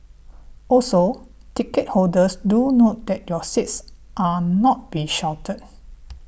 also ticket holders do note that your seats are not be sheltered